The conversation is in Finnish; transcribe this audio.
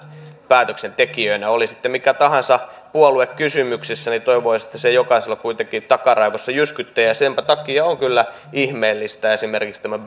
päätöksentekijöinä oli sitten mikä tahansa puolue kysymyksessä niin toivoisi että se jokaisella kuitenkin takaraivossa jyskyttää senpä takia on kyllä ihmeellistä esimerkiksi tämän